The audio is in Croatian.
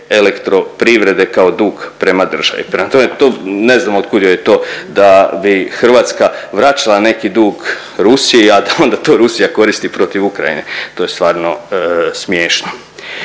bilancu HEP-a kao dug prema državi. Prema tome, ne znam od kud joj to da bi Hrvatska vraćala neki dug Rusiji, a da onda to Rusija koristi protiv Ukrajine, to je stvarno smiješno.